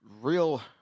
real